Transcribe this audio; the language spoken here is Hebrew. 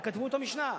וכתבו את המשנה.